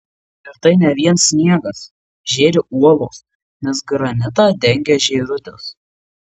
ir tai ne vien sniegas žėri uolos nes granitą dengia žėrutis